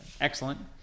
excellent